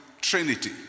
Trinity